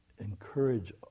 encourage